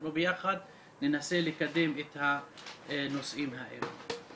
אנחנו ביחד ננסה לקדם את הנושאים האלה.